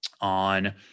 on